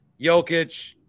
Jokic